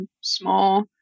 small